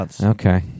Okay